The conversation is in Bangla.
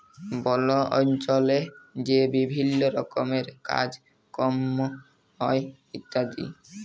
বল অল্চলে যে বিভিল্ল্য রকমের কাজ কম হ্যয় ইত্যাদি